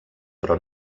però